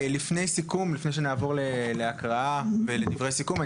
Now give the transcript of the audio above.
גפני ואת כל מה שאמר כדי לקחת כיושב-ראש ועדת הכספים,